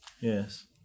yes